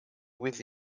with